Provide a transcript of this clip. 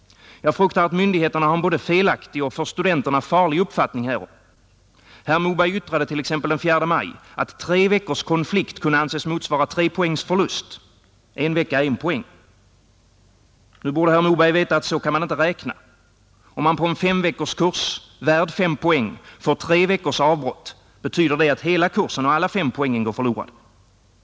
Jag fruktar att myndigheterna har en både felaktig och för studenterna farlig uppfattning härom, Herr Moberg yttrade t.ex. den 4 maj att 3 veckors konflikt kunde anses motsvara 3 poängs förlust — 1 vecka, 1 poäng. Nu borde herr Moberg veta, att så kan man inte räkna. Om man på en S-veckorskurs, värd 5 poäng, får 3 veckors avbrott, betyder det att hela kursen och alla 5 poängen går förlorade.